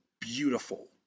beautiful